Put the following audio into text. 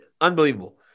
unbelievable